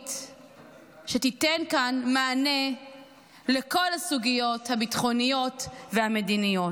אזורית שתיתן כאן מענה לכל הסוגיות הביטחוניות והמדיניות,